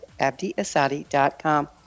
AbdiAsadi.com